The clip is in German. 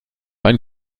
einen